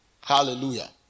Hallelujah